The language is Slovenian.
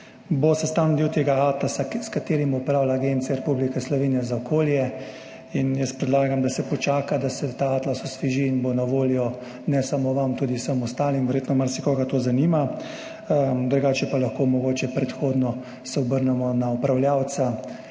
bo sestavni del tega atlasa, s katerim upravlja Agencija Republike Slovenije za okolje. Predlagam, da se počaka, da se ta atlas osveži, in bo na voljo ne samo vam, tudi vsem ostalim. Verjetno marsikoga to zanima. Drugače pa se lahko mogoče predhodno obrnemo na upravljavca